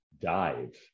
dive